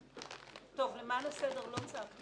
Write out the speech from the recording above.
למען הסדר, לא צעקתי